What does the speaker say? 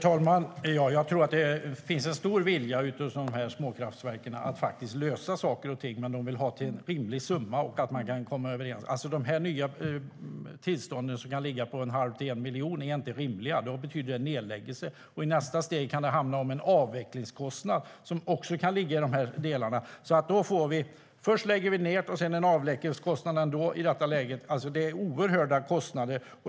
Herr talman! Jag tror att det finns en stor vilja bland de små kraftverken att lösa saker och ting men till en rimlig summa. De nya tillstånden, som kan ligga på 1⁄2-1 miljon, är inte rimliga. Det betyder nedläggelse. Och i nästa steg kan det handla om en avvecklingskostnad som kan vara lika hög. Först läggs kraftverket ned och sedan kommer en avvecklingskostnad. Det är oerhörda kostnader.